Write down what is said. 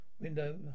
window